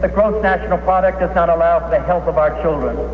but gross national product does not allow for the health of our children,